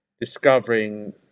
discovering